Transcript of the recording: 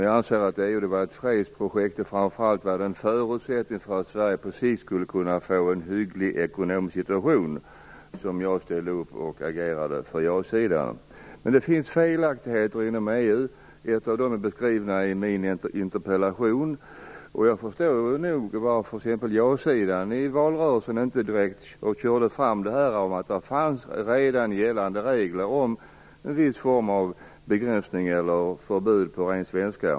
Jag anser att EU framför allt är ett fredsprojekt och en förutsättning för att Sverige skall kunna få en hygglig ekonomisk situation. Det var därför jag ställde upp och agerade på jasidan. Det finns felaktigheter inom EU. En av dem är beskrivna i min interpellation. Jag förstår nog varför t.ex. ja-sidan i valrörelsen inte direkt förde fram att det redan fanns gällande regler om en viss form av begränsning, eller förbud på ren svenska.